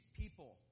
people